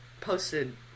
Posted